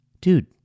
dude